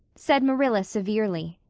said marilla severely.